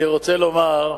אני רוצה לומר,